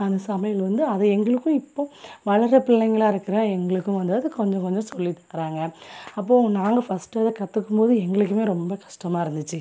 அந்த சமையல் வந்து அதை எங்களுக்கும் இப்போ வளர்ற பிள்ளைங்களாக இருக்கிற எங்களுக்கும் வந்து அதை கொஞ்சம் கொஞ்சம் சொல்லி தராங்க அப்போது நாங்கள் ஃபஸ்ட்டு அதை கற்றுக்கும் போது எங்களுக்குமே ரொம்ப கஷ்டமா இருந்துச்சு